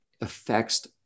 affects